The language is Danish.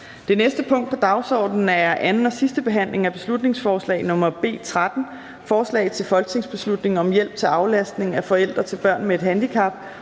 Det næste punkt på dagsordenen er: 26) 2. (sidste) behandling af beslutningsforslag nr. B 13: Forslag til folketingsbeslutning om hjælp til aflastning af forældre til børn med et handicap